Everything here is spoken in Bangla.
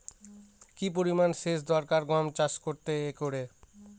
কি পরিমান সেচ দরকার গম চাষ করতে একরে?